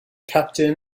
captain